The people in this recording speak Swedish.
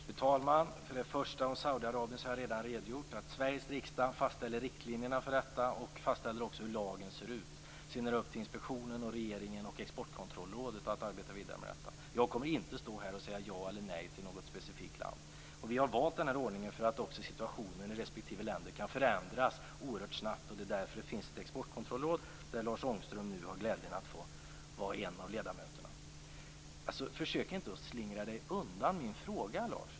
Fru talman! I fråga om Saudiarabien har jag redan redogjort att Sveriges riksdag fastställer riktlinjerna och hur lagen ser ut. Sedan är det upp till inspektionen, regeringen och Exportkontrollrådet att arbeta vidare med frågan. Jag kommer inte att stå här och säga ja eller nej till något specifikt land. Vi har valt denna ordning för att situationen i respektive länder kan förändras oerhört snabbt. Det är därför det finns ett exportkontrollråd, där Lars Ångström har glädjen av att vara en av ledamöterna. Lars Ångström skall inte försöka slingra sig undan min fråga.